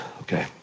Okay